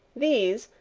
these,